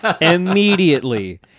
immediately